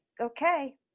okay